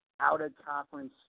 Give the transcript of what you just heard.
out-of-conference